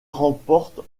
remporte